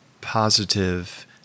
positive